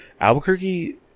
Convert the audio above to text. Albuquerque